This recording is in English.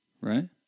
right